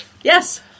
Yes